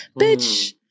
bitch